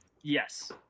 Yes